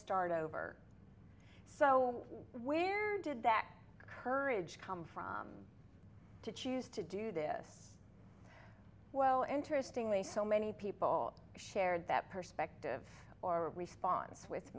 start over so where did that courage come from to choose to do this well interestingly so many people shared that perspective or response with